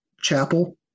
chapel